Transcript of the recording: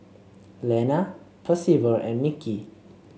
Lana Percival and Mickie